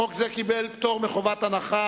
חוק זה קיבל פטור מחובת הנחה,